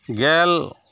ᱜᱮᱞ